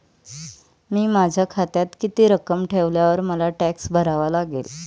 मी माझ्या खात्यात किती रक्कम ठेवल्यावर मला टॅक्स भरावा लागेल?